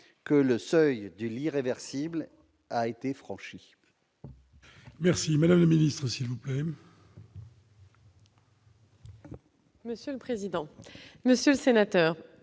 que le seuil de l'irréversible a été franchi